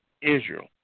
Israel